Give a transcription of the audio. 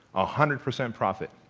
ah hundred percent profit.